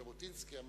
ז'בוטינסקי,